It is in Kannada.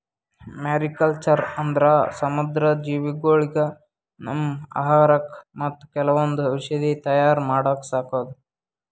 ಮ್ಯಾರಿಕಲ್ಚರ್ ಅಂದ್ರ ಸಮುದ್ರ ಜೀವಿಗೊಳಿಗ್ ನಮ್ಮ್ ಆಹಾರಕ್ಕಾ ಮತ್ತ್ ಕೆಲವೊಂದ್ ಔಷಧಿ ತಯಾರ್ ಮಾಡಕ್ಕ ಸಾಕದು